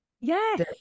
Yes